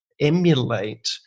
emulate